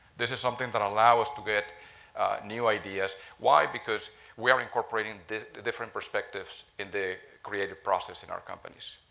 this is something that allows us to get new ideas. why? because we are incorporate ing the the different perspectives in the creative process in our company